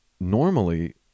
normally